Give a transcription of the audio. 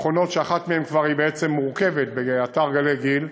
המכונות, שאחת מהן כבר בעצם מורכבת באתר גלי-גיל,